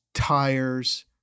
tires